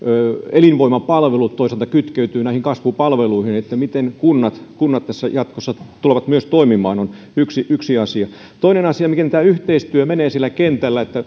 elinvoimapalvelut toisaalta kytkeytyvät näihin kasvupalveluihin miten kunnat kunnat tässä jatkossa tulevat toimimaan se on yksi yksi asia toinen asia on miten tämä yhteistyö menee siellä kentällä